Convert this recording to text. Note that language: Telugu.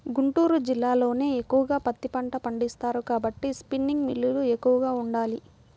గుంటూరు జిల్లాలోనే ఎక్కువగా పత్తి పంట పండిస్తారు కాబట్టి స్పిన్నింగ్ మిల్లులు ఎక్కువగా ఉండాలి